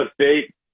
State